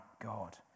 God